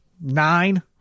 nine